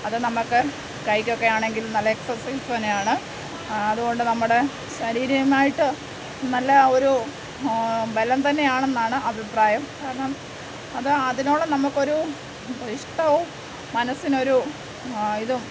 അത് നമുക്ക് കൈക്കൊക്കെ ആണെങ്കിൽ നല്ല എക്സർസൈസ് തന്നെയാണ് അതുകൊണ്ട് നമ്മുടെ ശാരീരികമായിട്ട് നല്ല ഒരു ബലം തന്നെ ആണെന്നാണ് അഭിപ്രായം കാരണം അത് അതിനോളം നമുക്കൊരു ഇഷ്ടവും മനസ്സിനൊരു ഇതും